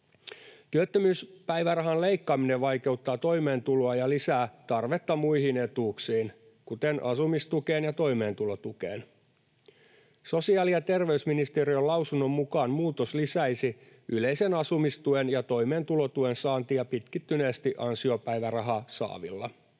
Työttömyyspäivärahan leikkaaminen vaikeuttaa toimeentuloa ja lisää tarvetta muihin etuuksiin, kuten asumistukeen ja toimeentulotukeen. Sosiaali- ja terveysministeriön lausunnon mukaan muutos lisäisi yleisen asumistuen ja toimeentulotuen saantia pitkittyneesti ansiopäivärahaa saavilla.